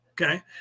Okay